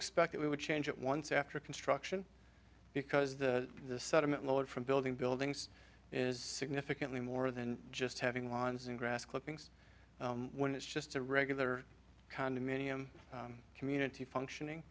expect it would change at once after construction because the sediment load from building buildings is significantly more than just having lawns and grass clippings when it's just a regular condominium community functioning